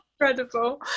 incredible